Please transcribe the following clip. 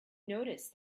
noticed